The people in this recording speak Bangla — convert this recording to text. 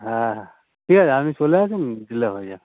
হ্যাঁ হ্যাঁ ঠিক আছে আপনি চলে আসুন দিলে হয়ে যাবে